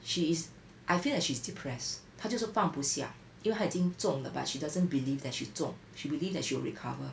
she is I feel like she's depressed 她就是放不下因为她已经中了 but she doesn't believe that she 中 she believe that she will recover